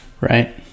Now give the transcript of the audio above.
Right